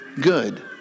good